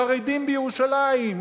חרדים בירושלים,